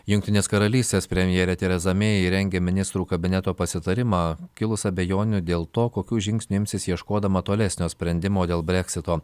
jungtinės karalystės premjerė tereza mei rengia ministrų kabineto pasitarimą kilus abejonių dėl to kokių žingsnių imsis ieškodama tolesnio sprendimo dėl breksito